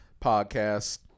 podcast